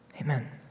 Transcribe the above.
Amen